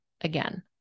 again